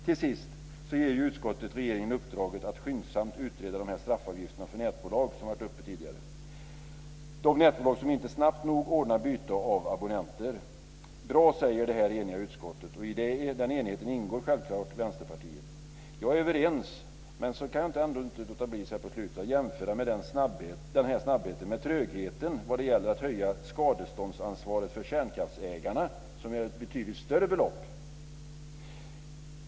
Till sist vill utskottet ge regeringen uppdraget att skyndsamt utreda de tidigare berörda straffavgifterna för nätbolag som inte snabbt nog ordnar byte av abonnenter. Bra, säger det eniga utskottet. I den enigheten ingår självklart också Vänsterpartiet. Jag är införstådd med detta, men jag kan så här på slutet ändå inte låta bli att jämföra den här snabbheten med trögheten vad gäller att höja skadeståndsansvaret för kärnkraftsägarna, som gäller betydligt större belopp.